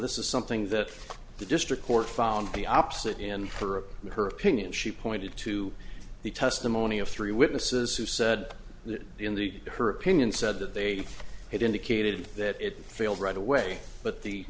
this is something that the district court found the opposite in for of her opinion she pointed to the testimony of three witnesses who said that in the her opinion said that they had indicated that it failed right away but the